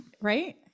right